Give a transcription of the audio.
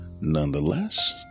Nonetheless